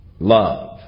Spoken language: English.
Love